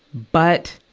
but,